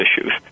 issues